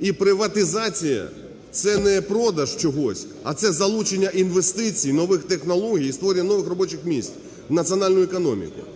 І приватизація – це не продаж чогось, а це залучення інвестицій, нових технологій і створення нових робочих місць в національній економіці.